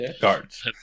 guards